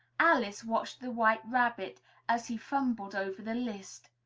alice watched the white rabbit as he fumbled over the list.